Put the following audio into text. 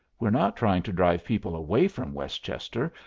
we're not trying to drive people away from westchester,